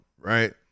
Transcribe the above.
right